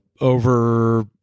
over